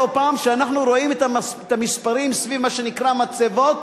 לא פעם כשאנחנו רואים את המספרים סביב מה שנקרא מצבות,